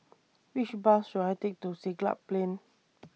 Which Bus should I Take to Siglap Plain